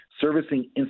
servicing